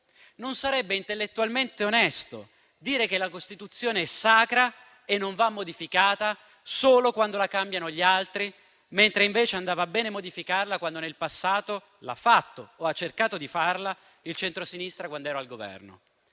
non sarebbe intellettualmente onesto dire che la Costituzione è sacra e non va modificata solo quando la cambiano gli altri, mentre invece andava bene modificarla quando nel passato l'ha fatto o ha cercato di farlo il centrosinistra quando era al Governo.